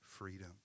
freedom